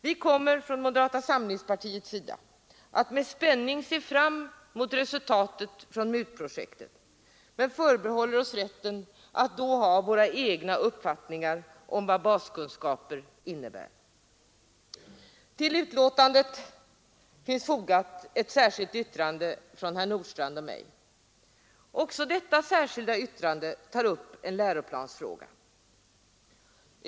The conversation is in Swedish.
Vi kommer från moderata samlingspartiet att med spänning se fram mot resultatet från MUT-projektet men förbehåller oss rätten att då ha våra egna uppfattningar om vad baskunskaper innebär. Till betänkandet finns fogat ett särskilt yttrande från herr Nordstrandh och mig. Också detta särskilda yttrande tar upp en läroplansfrå ga.